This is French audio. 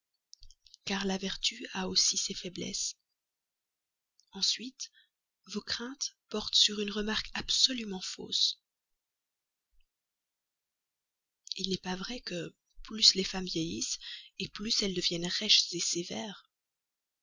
car la vertu a aussi ses faiblesses de plus vos craintes portent sur une remarque absolument fausse il n'est pas vrai que plus les femmes vieillissent plus elles deviennent rêches sévères